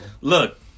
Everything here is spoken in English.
Look